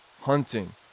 hunting